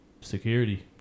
security